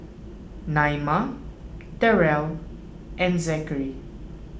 Naima Darell and Zachary